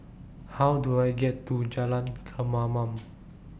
How Do I get to Jalan Kemaman